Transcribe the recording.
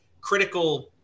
critical